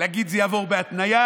להגיד שזה יעבור בהתניה,